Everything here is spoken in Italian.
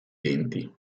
denti